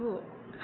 गु